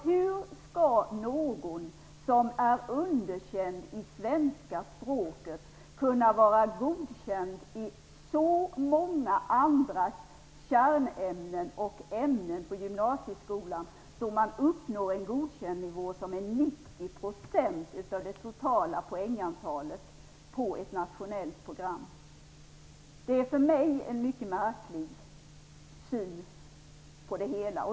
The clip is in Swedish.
Hur skall någon som är underkänd i ämnet svenska språket kunna vara godkänd i så många andra kärnämnen och ämnen på gymnasieskolan att han uppnår en godkändnivå som är 90 % av det totala poängantalet på ett nationellt program? Det är för mig en mycket märklig syn på det hela.